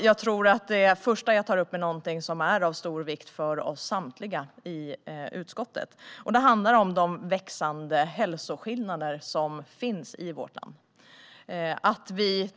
Jag tror att det första jag ska ta upp är någonting som är av stor vikt för samtliga i utskottet, och det är de växande hälsoskillnader som finns i vårt land.